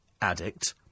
addict